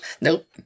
Nope